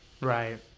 Right